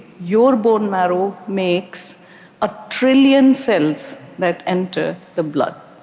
your bone marrow makes a trillion cells that enter the blood.